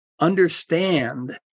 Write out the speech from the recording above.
understand